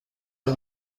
های